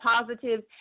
positive